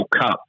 Cup